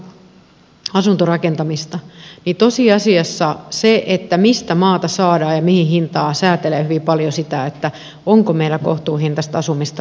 kun me katsomme asuntorakentamista niin tosiasiassa se mistä maata saadaan ja mihin hintaan säätelee hyvin paljon sitä onko meillä kohtuuhintaista asumista loppuviimeksi